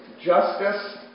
justice